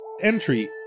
Entry